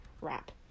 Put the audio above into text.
wrap